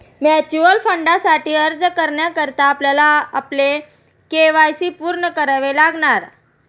mutual फंडासाठी अर्ज करण्याकरता आपल्याला आपले के.वाय.सी पूर्ण करावे लागणार